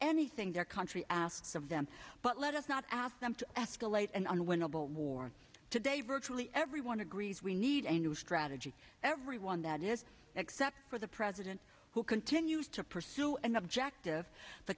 anything their country asks of them but let us not ask them to escalate an unwinnable war today virtually everyone agrees we need a new strategy everyone that is except for the president who continues to pursue an objective the